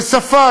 בשפה,